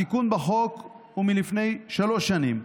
התיקון בחוק הוא מלפני שלוש שנים,